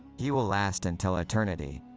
he will last until eternity.